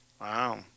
Wow